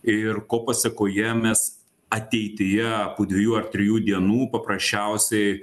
ir ko pasekoje mes ateityje po dviejų ar trijų dienų paprasčiausiai